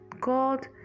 God